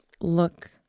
look